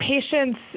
Patients